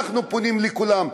אנחנו פונים לכולם: